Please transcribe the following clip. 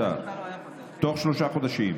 עם האוצר, ותוך שלושה חודשים,